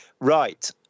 Right